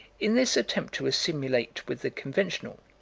in this attempt to assimilate with the conventional,